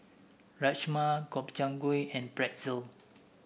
Rajma Gobchang Gui and Pretzel